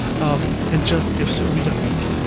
um and just gives the reader mode.